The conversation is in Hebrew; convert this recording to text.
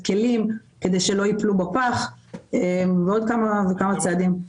כלים כדי שלא ייפלו בפח ועוד כמה וכמה צעדים.